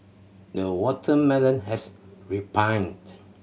the watermelon has ripened